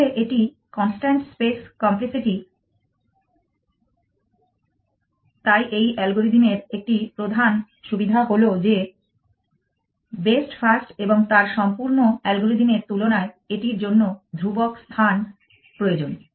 তাহলে এটি constant space complexity তাই এই অ্যালগরিদম এর একটি প্রধান সুবিধা হলো যে বেস্ট ফার্স্ট এবং তার সম্পূর্ণ অ্যালগরিদম এর তুলনায় এটির জন্য ধ্রুবক স্থান প্রয়োজন